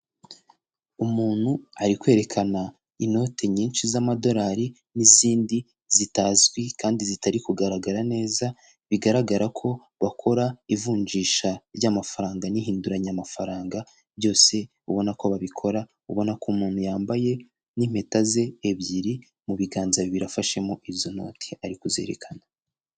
Umuntu ari kwerekana inoti nyinshi z'amadolari n'izindi zitazwi kandi zitari kugaragara neza, bigaragara ko bakora ivunjisha ry'amafaranga n'ihinduranyamafaranga, byose ubona ko babikora, ubona ko umuntu yambaye n'impeta ze ebyiri mu biganza bibiri afashemo izo noti ari kuzerekana.